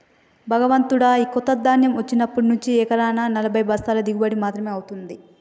భగవంతుడా, ఈ కొత్త ధాన్యం వచ్చినప్పటి నుంచి ఎకరానా నలభై బస్తాల దిగుబడి మాత్రమే అవుతుంది